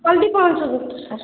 ଜଲ୍ଦି ପହଞ୍ଚନ୍ତୁ ସାର୍